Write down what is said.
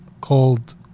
called